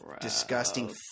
disgusting